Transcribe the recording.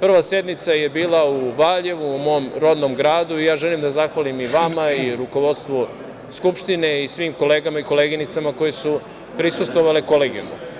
prva sednica je bila u Valjevu, u mom rodnom gradu i ja želim da zahvalim i vama i rukovodstvu Skupštine i svim kolegama i koleginicama koji su prisustvovali Kolegijumu.